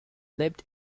lived